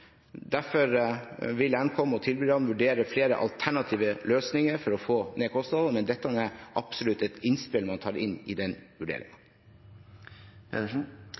Derfor vil Nkom og tilbyderne vurdere flere alternative løsninger for å få ned kostnadene, men dette er absolutt et innspill man tar med inn i den